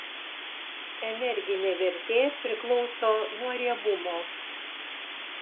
energinė vertė priklauso nuo riebumo